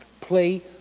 play